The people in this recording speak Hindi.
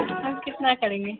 कम कितना करेंगे